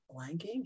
Blanking